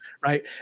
Right